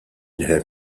nifhem